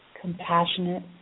compassionate